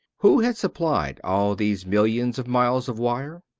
who has supplied all these millions of miles of wire?